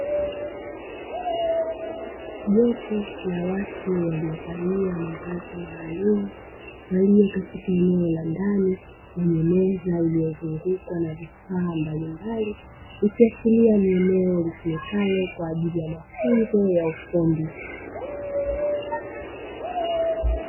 Jopo la watu waliovalia mavazi maalumu walio katika eneo la ndani lenye meza iliyozungukwa na vifaa mbalimbali, ikiashiria ni eneo litumikalo kwa ajili ya mafunzo ya ufundi.